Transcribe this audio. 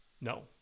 no